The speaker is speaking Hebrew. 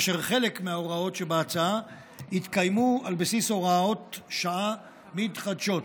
כאשר חלק מההוראות שבהצעה התקיימו על בסיס הוראות שעה מתחדשות.